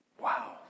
Wow